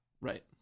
Right